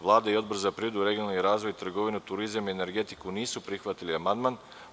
Vlada i Odbor za privredu, regionalni razvoj, trgovinu, turizam i energetiku nisu prihvatili amandman.